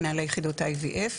מנהלי יחידות IVF,